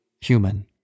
human